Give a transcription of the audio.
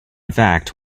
fact